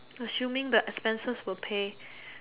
assuming the expenses will pay